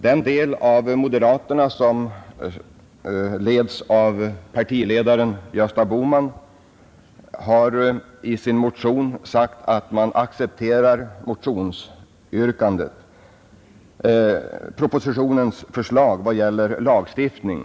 Den del av moderaterna som leds av partiledaren Gösta Bohman har i sin motion framhållit att de accepterar propositionens förslag vad det gäller lagstiftningen.